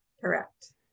Correct